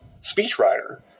speechwriter